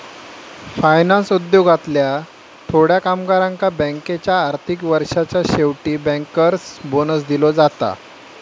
finance उद्योगातल्या थोड्या कामगारांका बँकेच्या आर्थिक वर्षाच्या शेवटी बँकर्स बोनस दिलो जाता